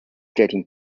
getting